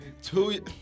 Two